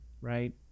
right